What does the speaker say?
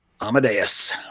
Amadeus